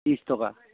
ত্ৰিছ টকা